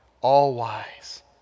all-wise